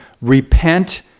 repent